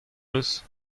eus